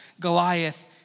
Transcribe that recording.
Goliath